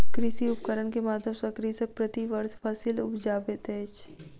कृषि उपकरण के माध्यम सॅ कृषक प्रति वर्ष फसिल उपजाबैत अछि